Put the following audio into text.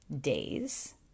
days